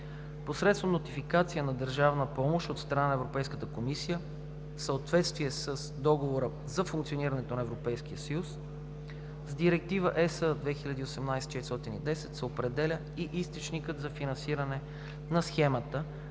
посредством нотификация на държавна помощ от страна на Европейската комисия в съответствие с Договора за функционирането на Европейския съюз. С Директива (ЕС) 2018/410 се определя и източникът за финансиране на схемата,